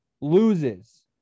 loses